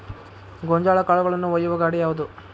ಗೋಂಜಾಳ ಕಾಳುಗಳನ್ನು ಒಯ್ಯುವ ಗಾಡಿ ಯಾವದು?